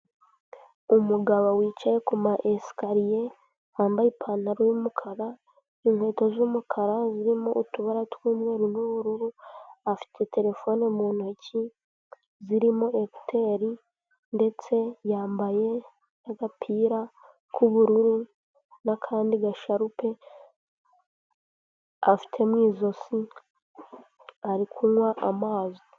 Umugabo wicaye ku maesikariye wambaye ipantaro y'umukara inkweto z'umukara zirimo utubara tw'umweru n'ubururu afite terefone mu ntoki zirimo ekuteri ndetse yambaye agapira k'ubururu n'akandi gasharupe afite mu izosi ari kunywa amazi.